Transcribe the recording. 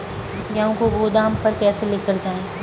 गेहूँ को गोदाम पर कैसे लेकर जाएँ?